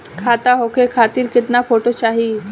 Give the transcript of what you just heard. खाता खोले खातिर केतना फोटो चाहीं?